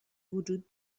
وجود